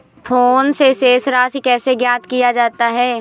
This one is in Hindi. फोन से शेष राशि कैसे ज्ञात किया जाता है?